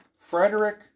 Frederick